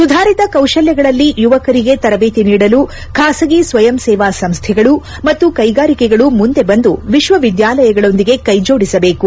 ಸುಧಾರಿತ ಕೌಶಲ್ಯಗಳಲ್ಲಿ ಯುವಕರಿಗೆ ತರಬೇತಿ ನೀಡಲು ಖಾಸಗಿ ಸ್ವಯಂಸೇವಾ ಸಂಸ್ಥೆಗಳು ಮತ್ತು ಕೈಗಾರಿಕೆಗಳು ಮುಂದೆ ಬಂದು ವಿಶ್ವವಿದ್ಯಾಲಯಗಳೊಂದಿಗೆ ಕೈಜೋಡಿಸಬೇಕು